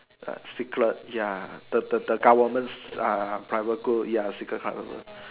uh secret ya the the the government s~ uh private code ya secret parliament